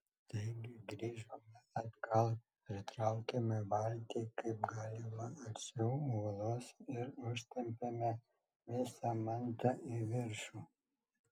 taigi grįžome atgal pritraukėme valtį kaip galima arčiau uolos ir užtempėme visą mantą į viršų